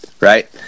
right